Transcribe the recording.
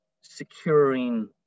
securing